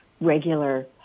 regular